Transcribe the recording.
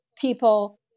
people